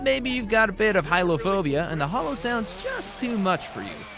maybe you've got a bit of hylophobia and the hollow sounds just too much for you.